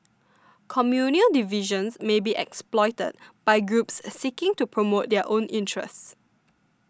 communal divisions may be exploited by groups seeking to promote their own interests